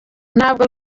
ntabwo